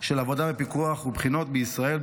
של עבודה בפיקוח ובחינות בישראל,